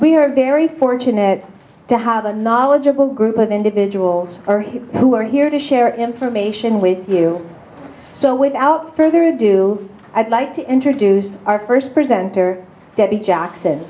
we are very fortunate to have a knowledgeable group of individuals are here who are here to share information with you so without further ado i'd like to introduce our first presenter that the jackson